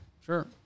Sure